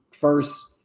first